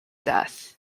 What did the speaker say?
death